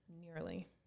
Nearly